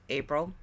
april